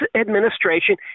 administration